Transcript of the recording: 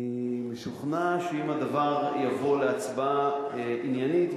אני משוכנע שאם הדבר יבוא להצבעה עניינית,